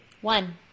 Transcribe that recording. One